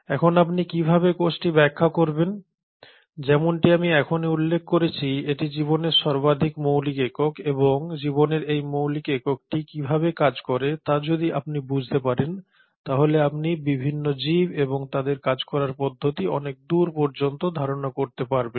এখন আপনি কিভাবে কোষটি ব্যাখ্যা করবেন যেমনটি আমি এখনই উল্লেখ করেছি এটি জীবনের সর্বাধিক মৌলিক একক এবং জীবনের এই মৌলিক এককটি কিভাবে কাজ করে তা যদি আপনি বুঝতে পারেন তাহলে আপনি বিভিন্ন জীব এবং তাদের কাজ করার পদ্ধতি অনেক দূর পর্যন্ত ধারণা করতে পারবেন